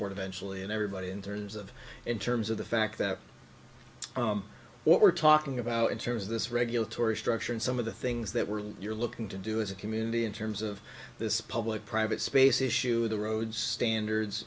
more eventually and everybody in terms of in terms of the fact that what we're talking about in terms of this regulatory structure and some of the things that were you're looking to do as a community in terms of this public private space issue the road standards